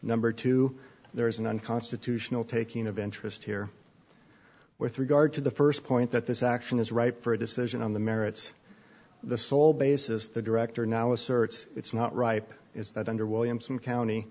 number two there is an unconstitutional taking of interest here with regard to the first point that this action is ripe for a decision on the merits the sole basis the director now asserts it's not ripe is that under williamson county